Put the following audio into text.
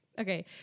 okay